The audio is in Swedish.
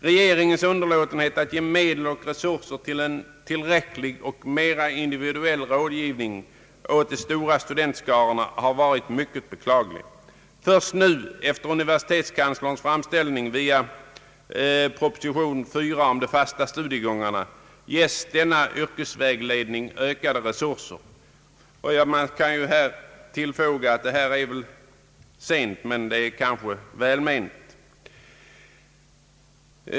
Regeringens underlåtenhet att ge medel och resurser till en tillräcklig och mera individuell rådgivning åt de stora studentskarorna har varit mycket beklaglig. Först nu efter universitetskanslerns framställning via proposition nr 4 om de fasta studiegångarna får denna yrkesvägledning ökade resurser. Man kan här tillfoga att det är sent men kanske välment.